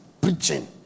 preaching